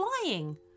flying